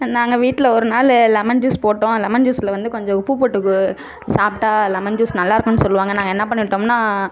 நாங்கள் வீட்டில ஒரு நாள் லெமன் ஜூஸ் போட்டோம் லெமன் ஜூஸ்ல வந்து கொஞ்சம் உப்பு போட்டு சாப்பிட்டா லெமன் ஜூஸ் நல்லா இருக்கும்னு சொல்லுவாங்கள் நாங்கள் என்ன பண்ணிட்டோம்னால்